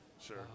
Sure